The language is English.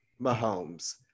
Mahomes